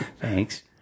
Thanks